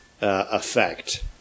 effect